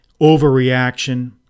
overreaction